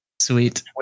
Sweet